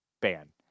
ban